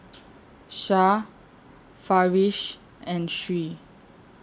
Shah Farish and Sri